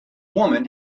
woman